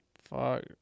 Fuck